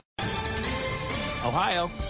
Ohio